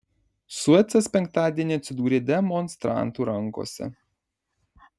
suecas penktadienį atsidūrė demonstrantų rankose